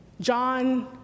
John